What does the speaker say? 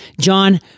John